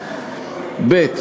ב.